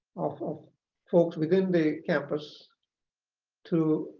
of folks within the campus to